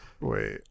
Wait